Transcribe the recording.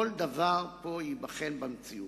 כל דבר פה ייבחן במציאות.